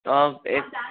तो आप एक